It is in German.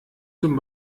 zum